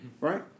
right